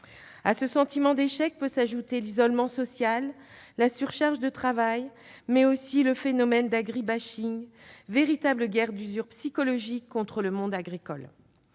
À ce sentiment d'échec peuvent s'ajouter l'isolement social, la surcharge de travail, mais aussi le phénomène de l'agri-bashing, véritable guerre d'usure psychologique contre le monde agricole.